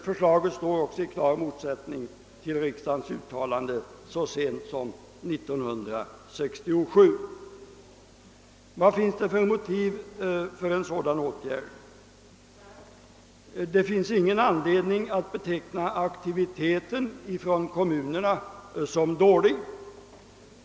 Förslaget står också i klar motsättning till riksdagens uttalande så sent som år 1967. Vad finns det för motiv för en sådan åtgärd? Det finns ingen anledning att beteckna aktiviteten från kommunerna som dålig.